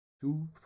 two